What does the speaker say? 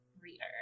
reader